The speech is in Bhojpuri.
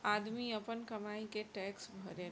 आदमी आपन कमाई के टैक्स भरेला